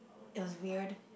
it was weird